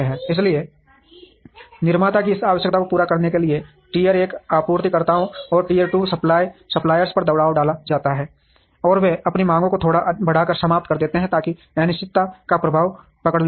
इसलिए इसलिए निर्माता की इस आवश्यकता को पूरा करने के लिए टियर एक आपूर्तिकर्ताओं और टियर टू सप्लायर्स पर दबाव डाला जाता है और वे अपनी मांगों को थोड़ा बढ़ाकर समाप्त कर देते हैं ताकि अनिश्चितता का प्रभाव पकड़ लिया जाए